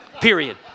Period